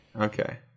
Okay